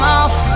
off